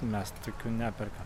mes tai tokių neperkam